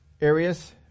areas